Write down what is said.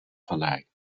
vallei